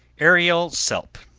ariel selp